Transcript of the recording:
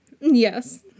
Yes